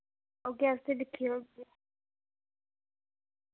औगे अस फ्ही दिक्खी